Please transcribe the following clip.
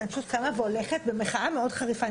אני פשוט קמה והולכת במחאה מאוד חריפה.